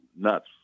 nuts